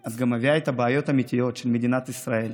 את מביאה גם את הבעיות האמיתיות של מדינת ישראל,